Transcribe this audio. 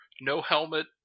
no-helmet